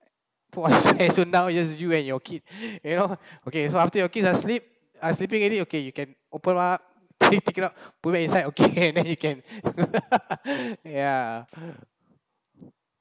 !wahseh! so now just you and your kid you know okay so after your kid are sleep uh sleeping already okay you can open up then take it out put back inside okay then you can ya